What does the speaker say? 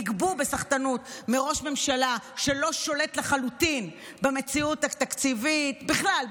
נגבו בסחטנות מראש ממשלה שלא שולט לחלוטין במציאות התקציבית בכלל,